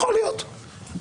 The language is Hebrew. יכול להיות,